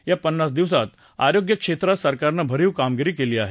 या पन्नास दिवसांत आरोग्य क्षेत्रात सरकारनं भरीव कामगिरी केली आहे